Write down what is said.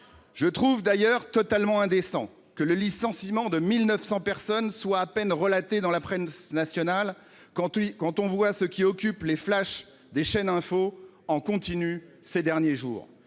je trouve totalement indécent que le licenciement de 1 900 personnes soit à peine relaté dans la presse nationale, quand on voit ce qui a occupé les flashs des chaînes d'information en continu ces derniers jours.